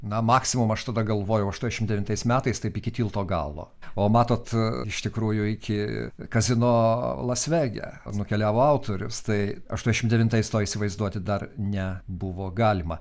na maksimum aš tada galvojau aštuoniašim devintais metais taip iki tilto galo o matot iš tikrųjų iki kazino las vege nukeliavo autorius tai aštuoniašim devintais to įsivaizduoti dar nebuvo galima